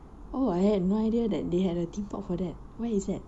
oh I had no idea that they had a theme park for that where is that